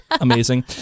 amazing